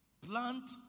Plant